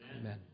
Amen